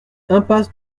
impasse